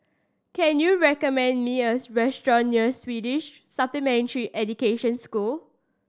can you recommend me a restaurant near Swedish Supplementary Education School